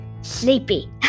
Sleepy